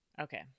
Okay